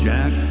Jack